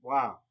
Wow